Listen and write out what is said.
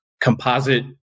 composite